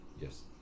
Yes